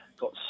got